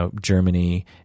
Germany